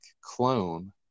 clone